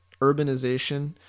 urbanization